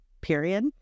period